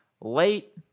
late